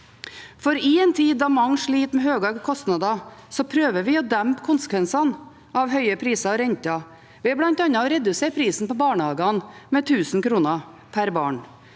I en tid da mange sliter med høyere kostnader, prøver vi å dempe konsekvensene av høye priser og renter ved bl.a. å redusere prisen på barnehagene med 1 000 kr per barn,